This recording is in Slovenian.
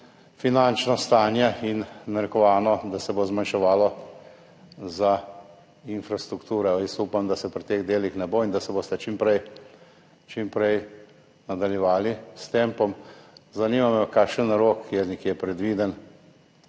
finančno stanje in narekovano, da se bo zmanjševalo za infrastrukturo. Upam, da se pri teh delih ne bo in da boste čim prej nadaljevali s tempom. Zanima me tudi: Kakšen rok je predviden,